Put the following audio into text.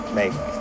make